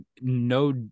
no